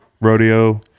Rodeo